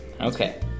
Okay